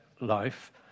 life